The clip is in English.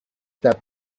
that